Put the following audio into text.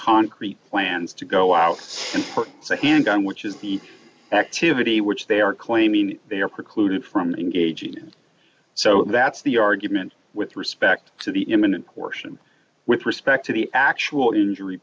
concrete plans to go out for a handgun which is the activity which they are claiming they are precluded from engaging in so that's the argument with respect to the imminent portion with respect to the actual injury